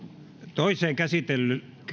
toiseen